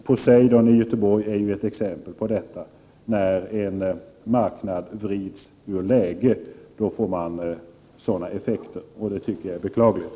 Poseidon i Göteborg är ett exempel på detta. När en marknad vrids ur läge får man sådana effekter, vilket jag tycker är beklagligt.